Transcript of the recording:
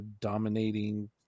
dominating